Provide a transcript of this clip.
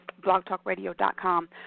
blogtalkradio.com